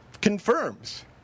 confirms